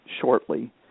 shortly